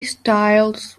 styles